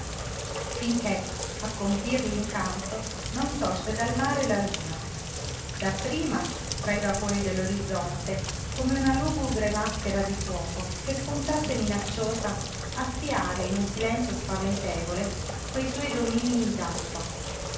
finché a compir l'incanto non sorse dal mare la luna dapprima tra i vapori dell'orizzonte come una lugubre maschera di fuoco che spuntasse minacciosa a spiare in un silenzio spaventevole quei suoi dominii